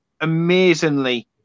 amazingly